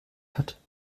hat